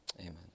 Amen